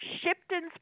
Shipton's